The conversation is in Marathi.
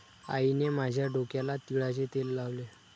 आईने माझ्या डोक्याला तिळाचे तेल लावले